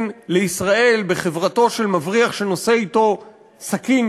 לישראל בחברתו של מבריח שנושא אתו סכין,